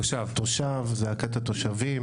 תושב, זעקת התושבים.